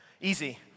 easy